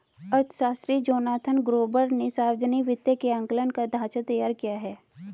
अर्थशास्त्री Jonathan Gruber ने सावर्जनिक वित्त के आंकलन का ढाँचा तैयार किया है